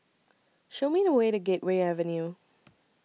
Show Me The Way to Gateway Avenue